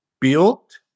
built